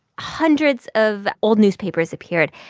hundreds of old newspapers appeared.